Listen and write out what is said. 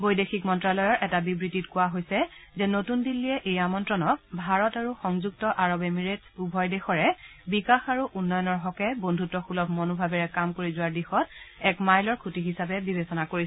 বৈদেশিক মন্ত্যালয়ৰ এটা বিবৃতিত কোৱা হৈছে যে নতুন দিল্লীয়ে এই আমন্ত্ৰণক ভাৰত আৰু সংযুক্ত আৰৱ এমিৰেটছ উভয় দেশৰে বিকাশ আৰু উন্নয়নৰ হকে বন্ধুত্ব সুলভ মনোভাৱেৰে কাম কৰি যোৱাৰ দিশত এক মাইলৰ খুঁটি হিচাপে বিবেচনা কৰিছে